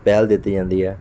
ਪਹਿਲ ਦਿੱਤੀ ਜਾਂਦੀ ਹੈ